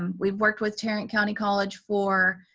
um we've worked with tarrant county college for